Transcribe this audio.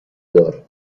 دار